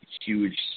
huge